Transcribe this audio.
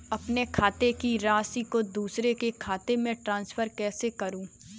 अपने खाते की राशि को दूसरे के खाते में ट्रांसफर कैसे करूँ?